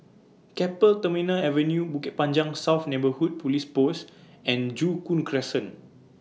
Keppel Terminal Avenue Bukit Panjang South Neighbourhood Police Post and Joo Koon Crescent